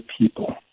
people